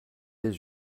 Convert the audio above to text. les